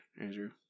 Andrew